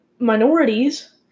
minorities